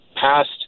past